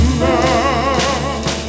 love